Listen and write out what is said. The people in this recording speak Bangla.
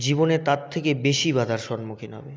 জীবনে তার থেকে বেশি বাধার সম্মুক্ষীন হবে